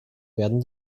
werden